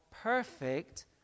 perfect